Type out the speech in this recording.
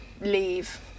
Leave